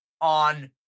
on